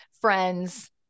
Friends